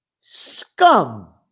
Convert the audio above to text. Scum